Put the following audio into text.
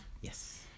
Yes